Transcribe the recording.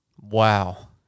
Wow